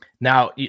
Now